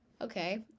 Okay